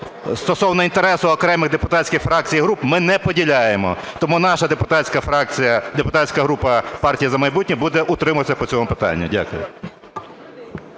стосовно інтересу окремих депутатських фракцій і груп ми не поділяємо. Тому наша депутатська фракція, депутатська група "Партії "За майбутнє" буде утримуватись по цьому питанню. Дякую.